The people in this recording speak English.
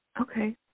Okay